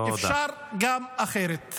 אפשר גם אחרת.